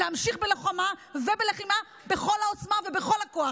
להמשיך בלוחמה ובלחימה בכל העוצמה ובכל הכוח,